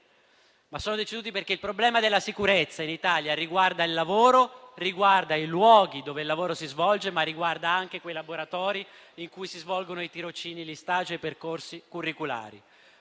sono deceduti perché il problema della sicurezza in Italia riguarda il lavoro, i luoghi dove il lavoro si svolge, ma riguarda anche quei laboratori in cui si svolgono i tirocini, gli *stage* e i percorsi curriculari.